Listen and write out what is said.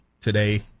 today